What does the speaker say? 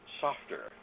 softer